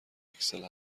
اکسل